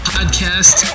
Podcast